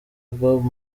bob